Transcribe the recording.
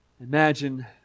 Imagine